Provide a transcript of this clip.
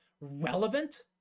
relevant